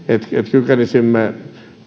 kykenisimme